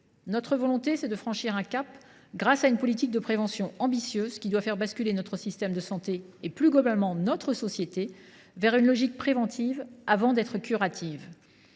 Gouvernement est de franchir un cap, grâce à une politique de prévention ambitieuse qui doit faire basculer notre système de santé et, plus globalement, notre société dans une logique préventive avant d’être curative.